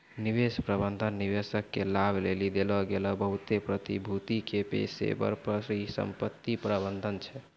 निवेश प्रबंधन निवेशक के लाभ लेली देलो गेलो बहुते प्रतिभूति के पेशेबर परिसंपत्ति प्रबंधन छै